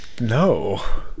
No